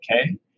Okay